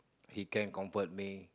he can comfort me